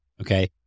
Okay